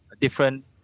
different